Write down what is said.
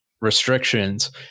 restrictions